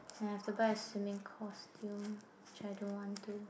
then I have to buy a swimming costume which I don't want to